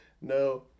No